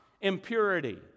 impurity